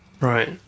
Right